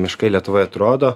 miškai lietuvoj atrodo